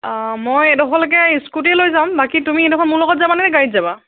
অঁ মই এইডোখৰলৈকে স্কুটী লৈ যাম বাকী তুমি ইডোখৰ মোৰ লগত যাবা নে গাড়ীত যাবা